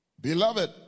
Beloved